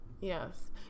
Yes